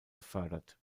gefördert